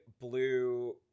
blue